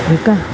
ठीकु आहे